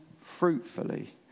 fruitfully